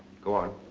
go on.